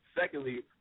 Secondly